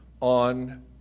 on